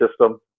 system